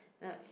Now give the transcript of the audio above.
uh